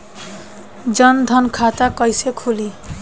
जनधन खाता कइसे खुली?